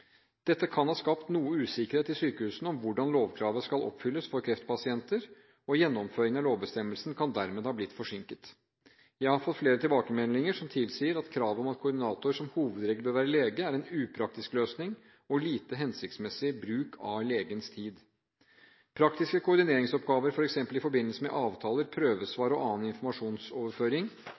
Dette kan ha skapt noe usikkerhet i sykehusene om hvordan lovkravet skal oppfylles for kreftpasienter, og gjennomføringen av lovbestemmelsen kan dermed ha blitt forsinket. Jeg har fått flere tilbakemeldinger som tilsier at kravet om at koordinator som hovedregel bør være lege, er en upraktisk løsning og lite hensiktsmessig bruk av legens tid. Praktiske koordineringsoppgaver, f.eks. i forbindelse med avtaler, prøvesvar og annen informasjonsoverføring,